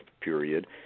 period